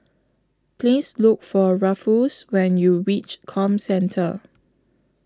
Please Look For Ruffus when YOU REACH Comcentre